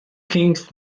kings